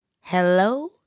Hello